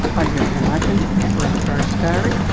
ah you can imagine, it was very scary.